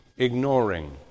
ignoring